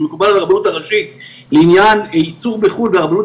מקובל על הרבנות הראשית לעניין ייצור בחו"ל והרבנות